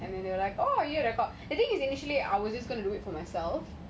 and then like oh you record the thing is initially I was just gonna do it for myself